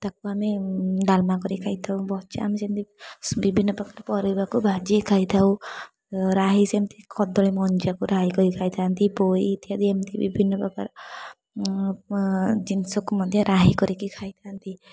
ତାକୁ ଆମେ ଡାଲମା କରିକି ଖାଇଥାଉ ଭଜା ଆମେ ସେମିତି ବିଭିନ୍ନ ପ୍ରକାର ପରିବାକୁ ଭାଜିକି ଖାଇଥାଉ ରାହି ସେମିତି କଦଳୀ ମଞ୍ଜାକୁ ରାଇ କରି ଖାଇଥାନ୍ତି ପୋଇ ଇତ୍ୟାଦି ଏମିତି ବିଭିନ୍ନ ପ୍ରକାର ଜିନିଷକୁ ମଧ୍ୟ ରାହି କରିକି ଖାଇଥାନ୍ତି